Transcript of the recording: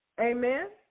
Amen